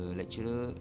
lecturer